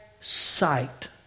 sight